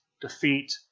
defeat